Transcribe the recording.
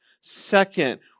Second